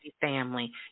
family